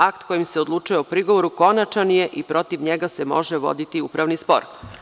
Akt kojim se odlučuje o prigovoru konačan je i protiv njega se može voditi upravni spor“